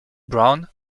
brown